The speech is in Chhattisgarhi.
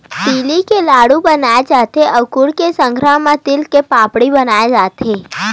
तिली के लाडू बनाय जाथे अउ गुड़ के संघरा म तिल के पापड़ी बनाए जाथे